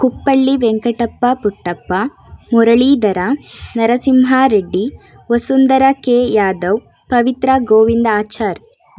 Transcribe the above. Kuppalli Venkatappa Puttappa Muralidhara Narasimha Reddy Vasundhara K Yadav Pavithra Govindachar